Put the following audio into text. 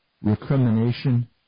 recrimination